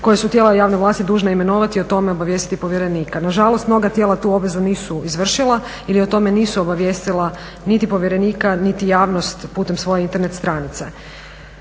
koja su tijela javne vlasti dužna imenovati i o tome obavijestiti povjerenika. Nažalost, mnoga tijela tu obvezu nisu izvršila ili o tome nisu obavijestila niti povjerenika niti javnost putem svoje internet stranice.